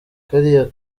kariya